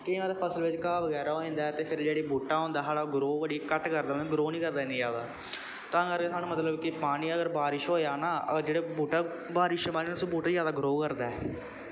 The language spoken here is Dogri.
केईं बारी फसल बिच्च घाह् बगैरा होई जंदा ऐ ते फिर जेह्ड़ा बूह्टा होंदा ऐ साढ़ा ओह् ग्रो बड़ी घट्ट करदा ग्रोह् निं करदा इन्नी जादा तां करके सानूं मतलब कि पानी अगर बारिश हो जा ना अगर जेह्ड़ा बूह्टा बारिश दे पानी नाल बूह्टा सगुआं जादा ग्रो करदा ऐ